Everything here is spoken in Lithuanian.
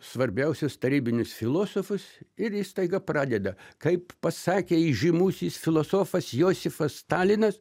svarbiausius tarybinius filosofus ir jis staiga pradeda kaip pasakė įžymusis filosofas josifas stalinas